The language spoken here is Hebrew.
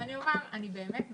אני באמת בעד,